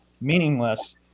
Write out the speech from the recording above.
meaningless